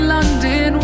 London